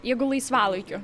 jeigu laisvalaikiu